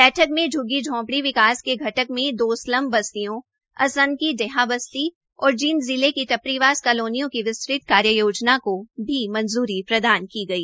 बैठक में झ्ग्गी झोपड़ी विकास के घटक में दो स्लम बस्तियों असंध की डेहाबस्ती और जींद जिले की टपरीवास कालोनियों को विस्तृत कार्य योजना को भी मंजूरी प्रदान की गई